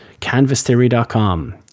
CanvasTheory.com